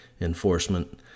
enforcement